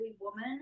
woman